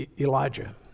Elijah